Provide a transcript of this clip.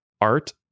art